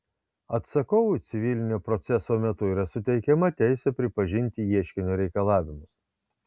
atsakovui civilinio proceso metu yra suteikiama teisė pripažinti ieškinio reikalavimus